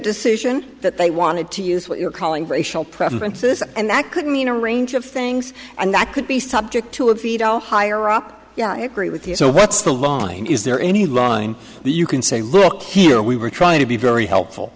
decision that they wanted to use what you're calling racial preferences and that could mean a range of things and that could be subject to a veto higher up yeah i agree with you so what's the long line is there any line that you can say look here we were trying to be very helpful